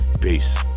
Peace